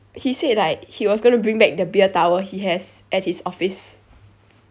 he said like he was going to bring back the beer tower he has at his office